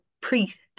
priest